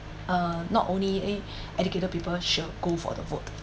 uh not only educated people should go for the vote